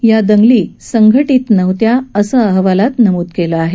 या दंगली संघटित नव्हत्या असं या अहवालात नमूद केलं आहे